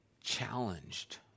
challenged